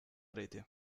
rete